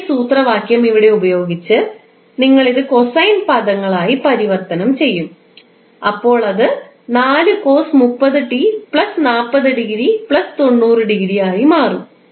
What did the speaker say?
നിങ്ങൾ ഈ സൂത്രവാക്യം ഇവിടെ ഉപയോഗിച്ച് നിങ്ങൾ ഇത് കോസൈൻ പദങ്ങളായി പരിവർത്തനം ചെയ്യും അപ്പോൾ അത് ആയി മാറും